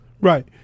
Right